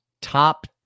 top